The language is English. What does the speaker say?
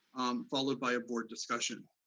followed by a board discussion,